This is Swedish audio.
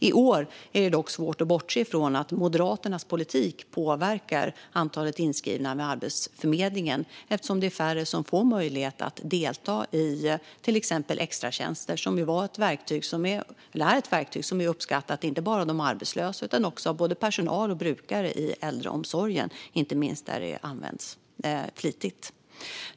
I år är det dock svårt att bortse från att Moderaternas politik påverkar antalet inskrivna vid Arbetsförmedlingen eftersom färre får möjlighet att delta i till exempel extratjänster, som ju är ett verktyg som är uppskattat inte bara av de arbetslösa utan också av både personal och brukare i äldreomsorgen, där det används flitigt.